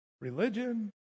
religion